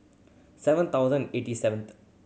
seven thousand eighty seventh